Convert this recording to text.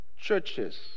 churches